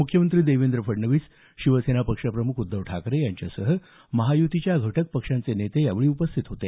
मुख्यमंत्री देवेंद्र फडणवीस शिवसेना पक्षप्रमुख उद्धव ठाकरे यांच्यासह महायुतीच्या घटकपक्षांचे नेते यावेळी उपस्थित होते